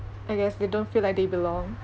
I guess they don't feel like they belong